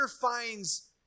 finds